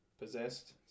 possessed